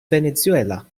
venezuela